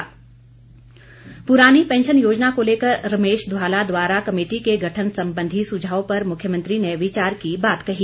प्ररानी pension योजना को लेकर रमेश धवाला द्वारा कमेटी के गठन संबंधी सुझाव पर मुख्यमन्त्री ने विचार की बात कही